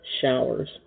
showers